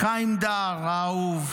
חיים דאר האהוב,